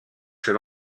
chez